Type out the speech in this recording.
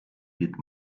did